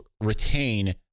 retain